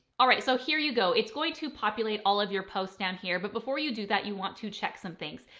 all right, so here you go. it's going to populate all of your posts down here. but before you do that, you want to check some things.